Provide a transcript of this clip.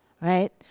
right